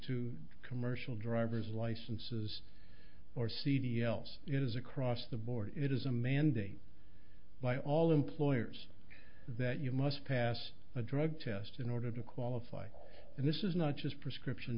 to commercial driver's licenses or cd else it is across the board it is a mandate by all employers that you must pass a drug test in order to qualify and this is not just prescription